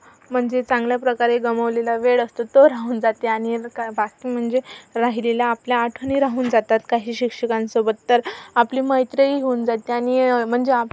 म्हणजे चांगल्याप्रकारे गमवलेला वेळ असतो तो राहून जाते आणि काय बाकी म्हणजे राहिलेल्या आपल्या आठवणी राहून जातात काही शिक्षकांसोबत तर आपली मैत्रीही होऊन जाते आणि म्हणजे आप